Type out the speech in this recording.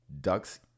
ducks